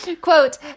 Quote